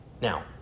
Now